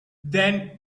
then